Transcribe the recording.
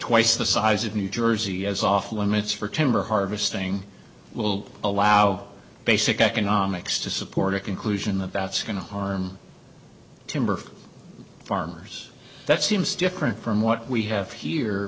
twice the size of new jersey as off limits for temper harvesting will allow basic economics to support a conclusion that that's going to harm timber farmers that seems different from what we have here